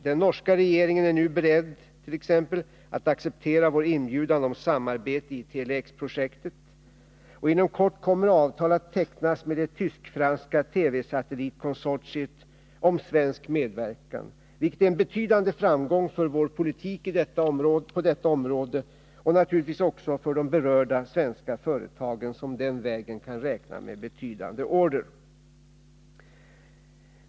Den norska regeringen är nu beredd att acceptera vår inbjudan till samarbete i Tele-X-projektet, och inom kort kommer avtal att tecknas med det tysk-franska TV-satellitprojektet om svensk medverkan, vilket är en betydande framgång för vår politik på detta område och naturligtvis också för de berörda svenska företagen, som på den vägen kan räkna med avsevärda order.